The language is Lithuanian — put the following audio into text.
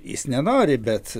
jis nenori bet